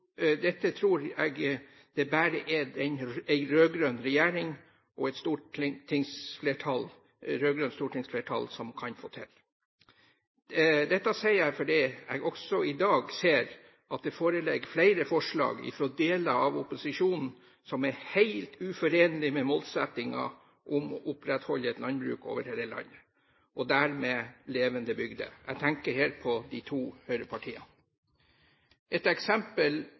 Dette tror jeg det bare er en rød-grønn regjering og et rød-grønt stortingsflertall som kan få til. Dette sier jeg fordi jeg også i dag ser at det foreligger flere forslag fra deler av opposisjonen som er helt uforenlig med målsettingen om å opprettholde et landbruk over hele landet, og dermed levende bygder. Jeg tenker her på de to høyrepartiene. Et eksempel